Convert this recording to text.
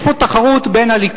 יש שיר כזה, לא?